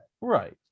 Right